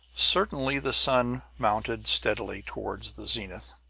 certainly the sun mounted steadily toward the zenith,